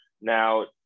now